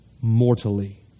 mortally